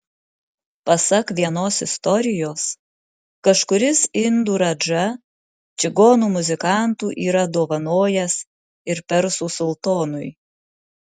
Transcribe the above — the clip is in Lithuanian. pasak vienos istorijos kažkuris indų radža čigonų muzikantų yra dovanojęs ir persų sultonui